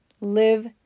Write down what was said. live